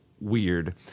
Weird